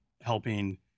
helping